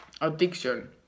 addiction